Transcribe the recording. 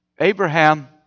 Abraham